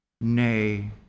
Nay